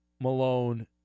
Malone